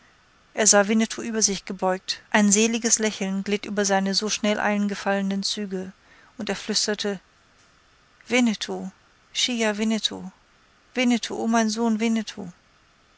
er sah winnetou über sich gebeugt ein seliges lächeln glitt über seine so schnell eingefallenen züge und er flüsterte winnetou schi ya winnetou winnetou o mein sohn winnetou